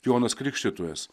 jonas krikštytojas